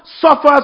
suffers